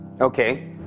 okay